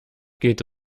geht